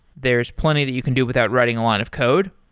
there's plenty that you can do without writing a lot of code,